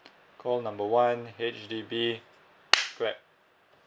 call number one H_D_B clap